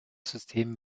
system